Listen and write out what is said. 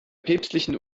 päpstlichen